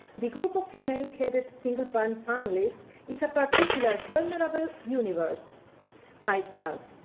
the group of female-headed, single-parent families is a particular vulnerable universe by itself.